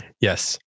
yes